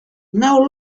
now